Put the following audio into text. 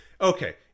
Okay